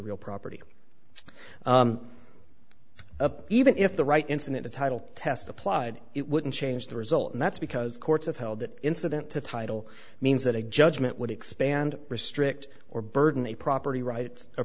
real property even if the right incident a title test applied it wouldn't change the result and that's because courts have held that incident to title means that a judgment would expand restrict or burden a property rights